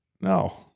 No